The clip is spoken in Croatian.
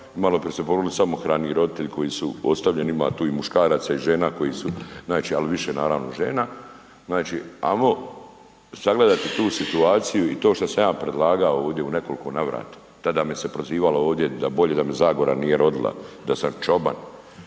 maloprije su …/nerazumljivo/… samohrani roditelji koji su ostavljeni ima tu i muškaraca i žena koji su znači, ali više naravno žena. Znači ajmo sagledati tu situaciju i to šta sam ja predlagao u nekoliko navrata, tada me se prozivalo ovdje da bolje da me Zagora nije rodila, da sam čoban.